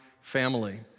family